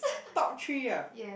top three ah